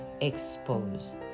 exposed